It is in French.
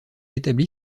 établi